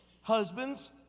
Husbands